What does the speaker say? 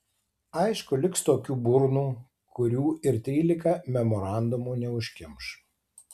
aišku liks tokių burnų kurių ir trylika memorandumų neužkimš